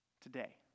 today